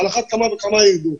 על אחת כמה וכמה ירדו.